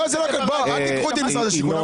לא, אל תיקחו אותי למשרד השיכון.